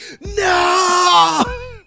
no